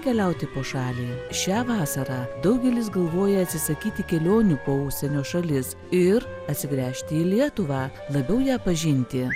keliauti po šalį šią vasarą daugelis galvoja atsisakyti kelionių po užsienio šalis ir atsigręžti į lietuvą labiau ją pažinti